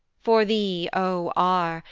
for thee, o r,